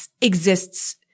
exists